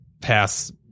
Pass